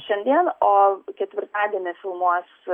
šiandien o ketvirtadienį filmuos